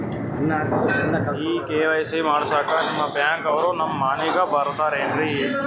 ಈ ಕೆ.ವೈ.ಸಿ ಮಾಡಸಕ್ಕ ನಿಮ ಬ್ಯಾಂಕ ಅವ್ರು ನಮ್ ಮನಿಗ ಬರತಾರೆನ್ರಿ?